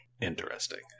Interesting